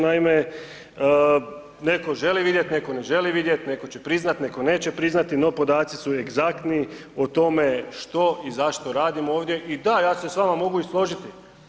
Naime, netko želi vidjet, netko ne želi vidjet, netko će priznat, netko neće priznati, no podaci su egzaktni o tome što i zašto radimo ovdje i da ja se s vama mogu i složiti.